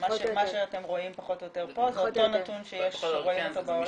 מה שאתם רואים פחות או יותר פה זה אותו נתון שרואים אותו בעולם?